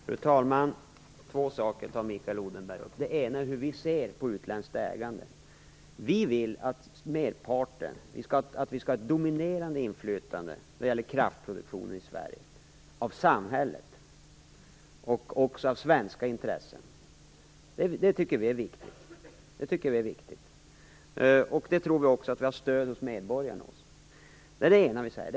Fru talman! Två saker tar Mikael Odenberg upp. Den ena är hur vi ser på utländskt ägande. Vi vill att samhället och svenska intressen skall ha ett dominerande inflytande då det gäller kraftproduktionen i Sverige. Det tycker vi är viktigt. Det tror vi också att vi har stöd hos medborgarna för. Det är det ena vi säger.